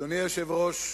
אדוני היושב-ראש,